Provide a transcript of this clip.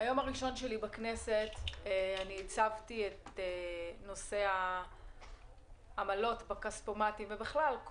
ביום הראשון שלי בכנסת אני הצבתי את נושא העמלות בכספומטים ובכלל את